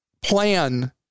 plan